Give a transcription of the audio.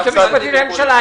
היועץ המשפטי לממשלה?